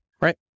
Right